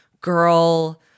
girl